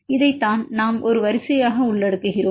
இதைத்தான் நாம் ஒரு வரிசையாக உள்ளடக்குகிறோம்